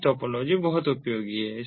mash topology बहुत उपयोगी हैं